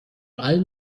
allen